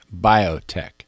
biotech